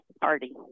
party